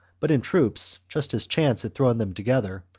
but in troops, just as chance had thrown them together,